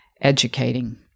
educating